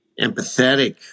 empathetic